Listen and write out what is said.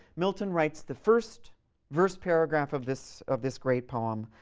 milton writes the first verse paragraph of this of this great poem,